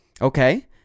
Okay